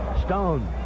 Stone